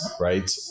Right